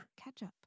Ketchup